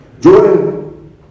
Jordan